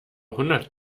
hundert